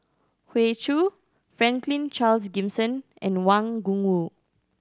Hoey Choo Franklin Charles Gimson and Wang Gungwu